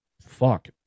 fuck